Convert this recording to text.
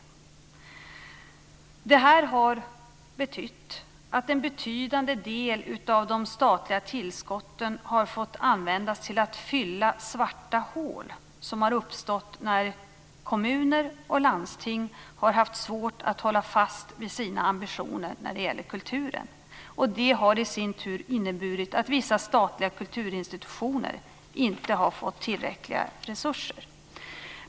Detta har betytt att en betydande del av de statliga tillskotten har fått användas till att fylla svarta hål som har uppstått när kommuner och landsting har haft svårt att hålla fast vid sina ambitioner när det gäller kulturen. Det har i sin tur inneburit att vissa statliga kulturinstitutioner inte har fått tillräckliga resurser.